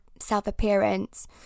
self-appearance